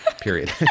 Period